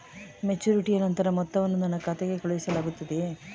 ಮೆಚುರಿಟಿಯ ನಂತರ ಮೊತ್ತವನ್ನು ನನ್ನ ಖಾತೆಗೆ ಕಳುಹಿಸಲಾಗುತ್ತದೆಯೇ?